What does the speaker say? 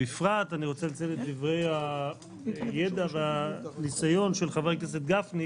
ובפרט אני רוצה לציין את דברי הידע והניסיון של חבר הכנסת גפני,